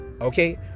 Okay